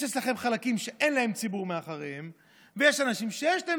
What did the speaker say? יש אצלכם חלקים שאין להם ציבור מאחוריהם ויש אנשים שיש להם